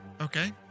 Okay